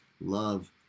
love